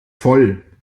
voll